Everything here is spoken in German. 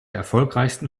erfolgreichsten